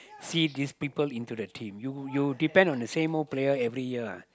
see this people into the team you you depend on the same old player every year ah